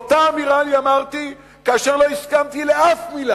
את אותה אמירה אני אמרתי כאשר לא הסכמתי לאף מלה